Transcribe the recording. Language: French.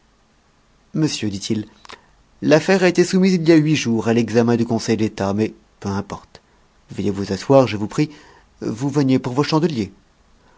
monsieur dit-il l'affaire a été soumise il y a huit jours à l'examen du conseil d'état mais peu importe veuillez vous asseoir je vous prie vous veniez pour vos chandeliers